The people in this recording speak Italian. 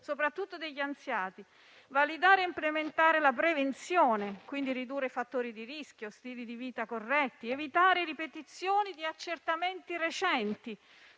soprattutto degli anziani; validare e implementare la prevenzione e quindi ridurre i fattori di rischio con stili di vita corretti; evitare ripetizioni di accertamenti recenti;